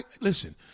Listen